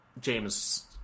James